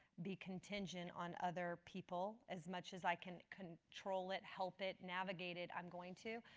be contingent on other people, as much as i can control it, help it, navigate it, i'm going to.